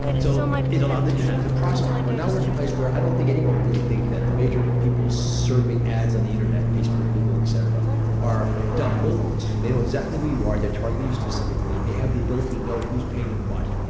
so it's allowed the internet to prosper. well, now we're in a place where i don't think anyone would really think that the major people serving ads on the internet, facebook, google, etc are dumb billboards. they know exactly who you are, they target you specifically, they have the ability to know who's paying them what.